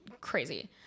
Crazy